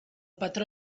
patró